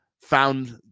found